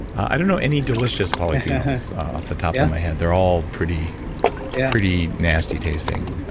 i don't know any delicious polyphenols off the top of my head. they're all pretty ah pretty nasty tasting,